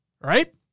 right